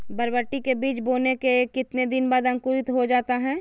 बरबटी के बीज बोने के कितने दिन बाद अंकुरित हो जाता है?